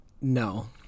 no